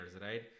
Right